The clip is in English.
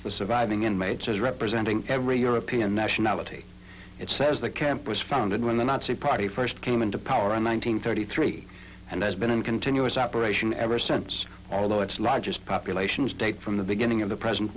the surviving inmates as representing every european nationality it says the camp was founded when the nazi party first came into power in one nine hundred thirty three and has been in continuous operation ever since although its largest populations date from the beginning of the present